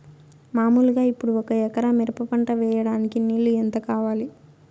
మామూలుగా ఇప్పుడు ఒక ఎకరా మిరప పంట వేయడానికి నీళ్లు ఎంత కావాలి?